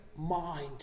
mind